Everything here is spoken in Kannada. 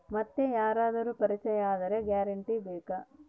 ಮತ್ತೆ ಯಾರಾದರೂ ಪರಿಚಯದವರ ಗ್ಯಾರಂಟಿ ಬೇಕಾ?